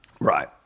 Right